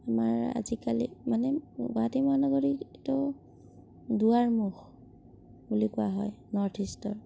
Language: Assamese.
আমাৰ আজিকালি মানে গুৱাহাটী মহানগৰীকটো দুৱাৰমুখ বুলি কোৱা হয় নৰ্থ ইষ্টৰ